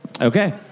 Okay